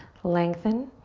lengthen.